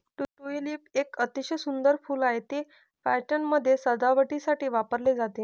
tulip एक अतिशय सुंदर फूल आहे, ते पार्ट्यांमध्ये सजावटीसाठी वापरले जाते